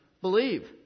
believe